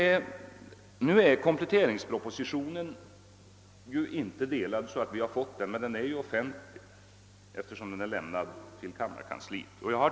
Kompletteringspropositionen är ännu inte utdelad till riksdagens ledamöter, men den är offentlig, eftersom den har inlämnats till kammarens kansli.